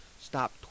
stop